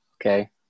Okay